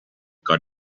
got